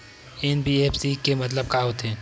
NBFC के मतलब का होथे?